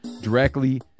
directly